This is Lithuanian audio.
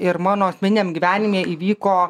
ir mano asmeniniam gyvenime įvyko